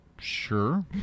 Sure